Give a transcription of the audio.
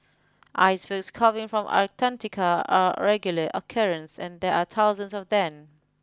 icebergs calving from Antarctica are a regular occurrence and there are thousands of them